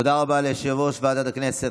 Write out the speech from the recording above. תודה רבה ליושב-ראש ועדת הכנסת,